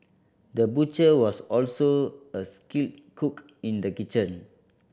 the butcher was also a skilled cook in the kitchen